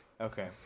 Okay